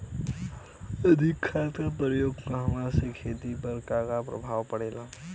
अधिक खाद क प्रयोग कहला से खेती पर का प्रभाव पड़ेला?